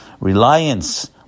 reliance